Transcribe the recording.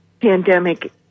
pandemic